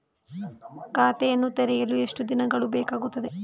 ಖಾತೆಯನ್ನು ತೆರೆಯಲು ಎಷ್ಟು ದಿನಗಳು ಬೇಕಾಗುತ್ತದೆ?